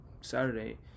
saturday